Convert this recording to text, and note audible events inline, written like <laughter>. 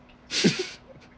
<laughs>